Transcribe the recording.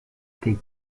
take